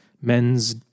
men's